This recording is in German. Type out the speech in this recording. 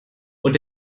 und